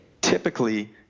typically